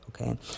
Okay